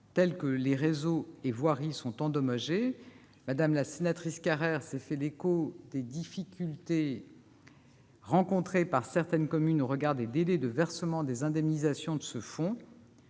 tels que les réseaux et voiries, sont endommagés. Mme Carrère s'est fait l'écho des difficultés rencontrées par certaines communes au regard des délais de versement des indemnisations de ce fonds.